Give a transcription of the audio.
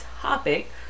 topic